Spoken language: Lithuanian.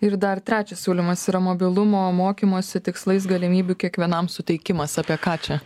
ir dar trečias siūlymas yra mobilumo mokymosi tikslais galimybių kiekvienam suteikimas apie ką čia